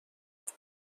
میرم